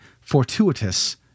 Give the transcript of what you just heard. fortuitous